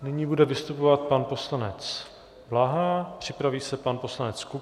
Nyní bude vystupovat pan poslanec Blaha, připraví se pan poslanec Kupka.